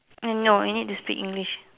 eh no you need to speak English